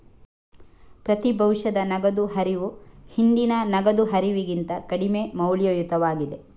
ಪ್ರತಿ ಭವಿಷ್ಯದ ನಗದು ಹರಿವು ಹಿಂದಿನ ನಗದು ಹರಿವಿಗಿಂತ ಕಡಿಮೆ ಮೌಲ್ಯಯುತವಾಗಿದೆ